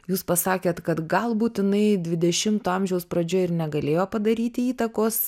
jūs pasakėt kad galbūt jinai dvidešimto amžiaus pradžioj ir negalėjo padaryti įtakos